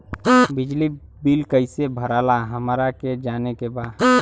बिजली बिल कईसे भराला हमरा के जाने के बा?